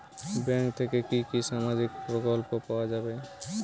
Bank থেকে কি কি সামাজিক প্রকল্প পাওয়া যাবে?